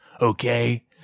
okay